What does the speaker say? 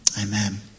Amen